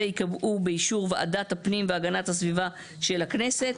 ייקבעו באישור וועדת הפנים והגנת הסביבה של הכנסת,